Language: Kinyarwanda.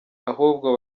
ahubwo